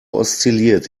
oszilliert